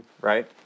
right